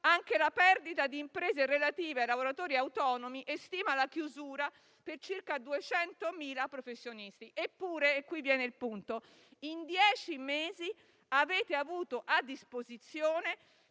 anche la perdita di imprese relative ai lavoratori autonomi e stima la chiusura per circa 200.000 professionisti. Eppure - e qui viene il punto - in dieci mesi avete avuto a disposizione